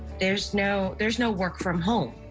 there's no there's no work from home.